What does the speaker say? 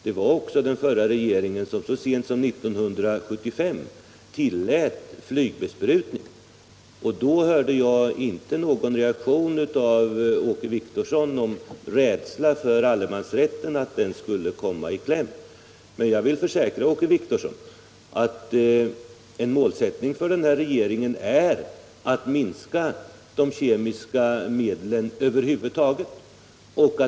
Det var också den förra regeringen som så sent som 1975 tillät flygbesprutning. Då hörde jag inte att Åke Wictorsson gav uttryck för någon rädsla för att allemansrätten skulle komma i kläm. Men jag vill försäkra Åke Wictorsson att en målsättning för den här regeringen är att minska de kemiska medlen över huvud taget.